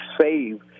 save